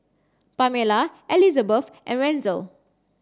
Pamella Elisabeth and Wenzel